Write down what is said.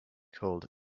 called